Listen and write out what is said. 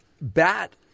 Bat